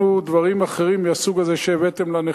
דברים אחרים מהסוג הזה שהבאתם לנכים.